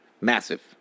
massive